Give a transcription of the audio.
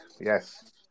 yes